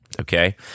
okay